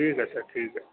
ٹھیک ہے سر ٹھیک ہے